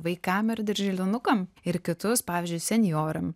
vaikam ir darželinukam ir kitus pavyzdžiui senjoram